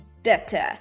better